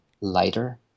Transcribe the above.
lighter